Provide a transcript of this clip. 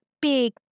Big